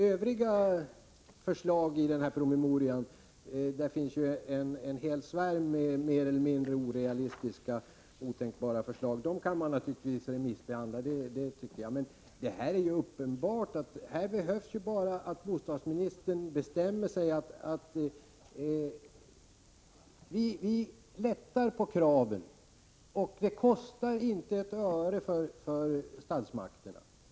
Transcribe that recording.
Övriga förslag i den här promemorian — det är en hel svärm med mer eller mindre orealistiska och otänkbara förslag — kan man naturligtvis remissbehandla. Men i den här frågan är det uppenbart att det som krävs är att bostadsministern bestämmer sig för att lätta på kraven. Detta kostar inte ett öre för statsmakterna.